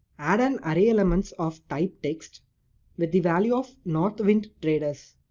add an array elements of type text with the value of north wind traders.